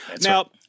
Now